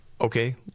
Okay